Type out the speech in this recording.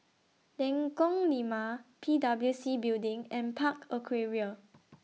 Lengkong Lima P W C Building and Park Aquaria